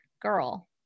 girl